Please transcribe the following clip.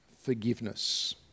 forgiveness